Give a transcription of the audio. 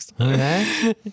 Okay